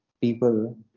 people